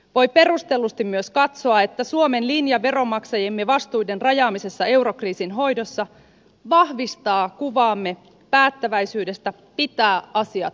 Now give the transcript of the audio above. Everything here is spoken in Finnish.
voi perustellusti myös katsoa että suomen linja veronmaksajiemme vastuiden rajaamisessa eurokriisin hoidossa vahvistaa kuvaamme päättäväisyydestä pitää asiat hallinnassa